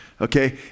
Okay